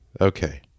Okay